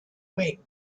wing